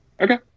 Okay